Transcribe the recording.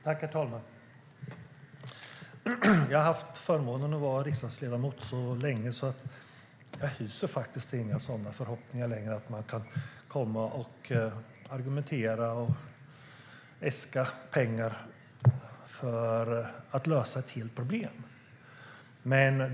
Herr talman! Jag har haft förmånen att vara riksdagsledamot så länge att jag inte hyser några förhoppningar om att man kan argumentera och äska pengar för att lösa ett problem i dess helhet.